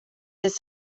this